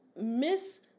miss